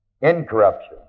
Incorruption